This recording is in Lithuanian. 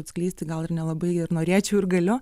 atskleisti gal ir nelabai ir norėčiau ir galiu